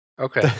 Okay